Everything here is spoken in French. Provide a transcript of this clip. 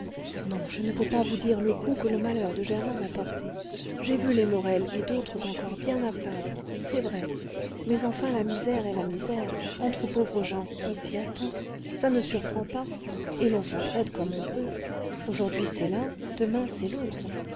non je ne peux pas vous dire le coup que le malheur de germain m'a porté j'ai vu les morel et d'autres encore bien à plaindre c'est vrai mais enfin la misère est la misère entre pauvres gens on s'y attend ça ne surprend pas et l'on s'entraide comme on peut aujourd'hui c'est l'un demain c'est l'autre